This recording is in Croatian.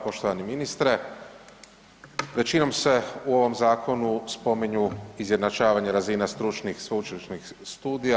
Poštovani ministre, većinom se u ovom zakonu spominju izjednačavanja razina stručnih sveučilišnih studija.